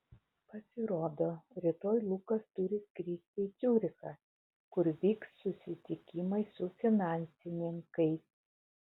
pasirodo rytoj lukas turi skristi į ciurichą kur vyks susitikimai su finansininkais